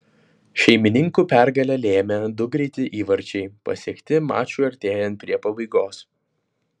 šeimininkų pergalę lėmė du greiti įvarčiai pasiekti mačui artėjant prie pabaigos